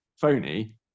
phony